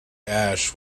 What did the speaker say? ash